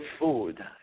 food